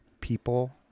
people